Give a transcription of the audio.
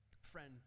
Friend